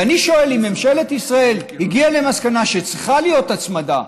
ואני שואל: אם ממשלת ישראל הגיעה למסקנה שצריכה להיות הצמדה,